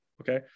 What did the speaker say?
okay